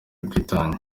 ubwitange